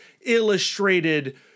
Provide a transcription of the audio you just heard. illustrated